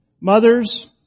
Mothers